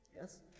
Yes